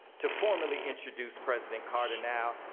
to formally introduce president carter now,